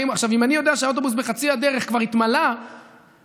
אם אני יודע שהאוטובוס בחצי הדרך כבר התמלא ואני